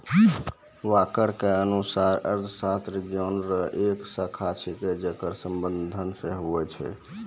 walker के अनुसार अर्थशास्त्र ज्ञान रो एक शाखा छिकै जेकर संबंध धन से हुवै छै